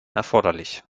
erforderlich